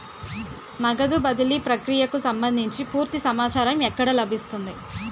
నగదు బదిలీ ప్రక్రియకు సంభందించి పూర్తి సమాచారం ఎక్కడ లభిస్తుంది?